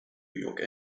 york